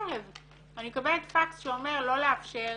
אני מקבלת פקס שאומר לא לאפשר